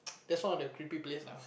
that's one of the creepy place lah